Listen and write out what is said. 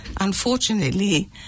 Unfortunately